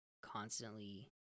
constantly